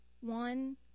one